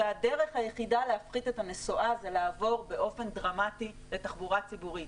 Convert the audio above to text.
והדרך היחידה להפחית את הנסועה זה לעבור באופן דרמטי לתחבורה ציבורית.